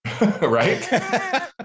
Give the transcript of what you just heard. Right